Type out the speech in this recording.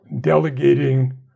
delegating